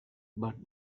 but